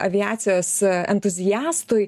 aviacijos entuziastui